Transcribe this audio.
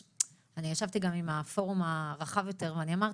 אני ישבתי גם עם הפורום הרחב יותר ואני אמרתי,